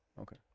Okay